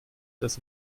das